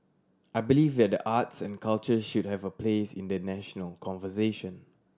I believe that the arts and culture should have a place in the national conversation